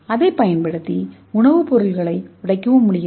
அதைப் பயன்படுத்தி உணவுப் பொருட்களை உடைக்க முடிகிறது